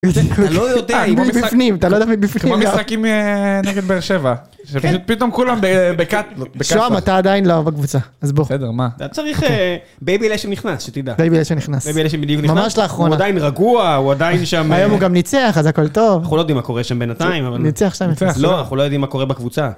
אנחנו אתה לא יודעת אני לא מבין בפנים כמו המשחקים נגד באר שבע פתאום כולם בקאט. בשוהם, אתה עדיין לא בקבוצה אז בוא אתה צריך BabyLash הוא נכנס שתדע BabyLash הוא נכנס BabyLash הוא נכנס ממש לאחרונה הוא עדיין רגוע הוא עדיין שם היום הוא גם ניצח זה הכל טוב אנחנו לא יודעים מה קורה שם בינתיים ניצח עם יח לא, אנחנו לא יודעים מה קורה בקבוצה